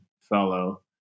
fellow